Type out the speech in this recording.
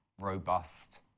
robust